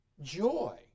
joy